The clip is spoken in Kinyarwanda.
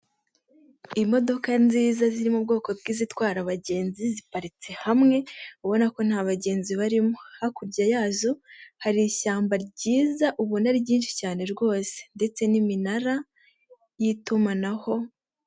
Imodoka nziza ziri mu bwoko bw'izitwara abagenzi ziparitse hamwe, ubona ko nta bagenzi barimo, hakurya yazo hari ishyamba ryiza ubona ko ari ryinshi cyane rwose ndetse n'iminara y'itumanaho.